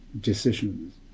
decisions